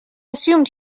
assumed